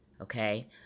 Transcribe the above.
okay